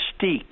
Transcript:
mystique